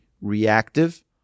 reactive